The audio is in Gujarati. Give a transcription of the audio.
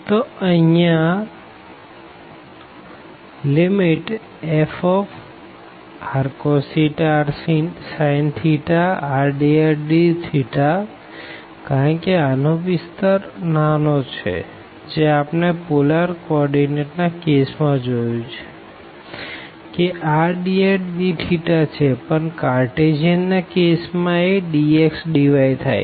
તો અહિયાં ∬Gfrcos rsin rdrdθ કારણ કે આનો વિસ્તાર નાનો છે જે આપણે પોલર કો ઓર્ડીનેટ ના કેસ માં જોયું કે rdrdθ છે પણ કાઅર્તેસિયન ના કેસ માં એ dx dy થાય છે